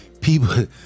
people